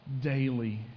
daily